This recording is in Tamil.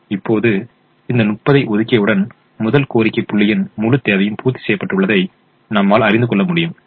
இப்போது இந்த 30 ஐ ஒதுக்கியவுடன் முதல் கோரிக்கை புள்ளியின் முழு தேவையும் பூர்த்தி செய்யப்பட்டுள்ளதை நம்மால் அறிந்துகொள்ள முடியும்